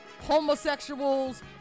homosexuals